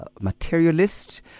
materialist